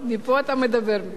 מפה אתה מדבר.